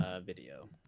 video